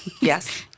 yes